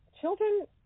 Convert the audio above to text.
children